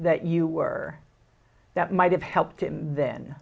that you were that might have helped him then